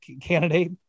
candidate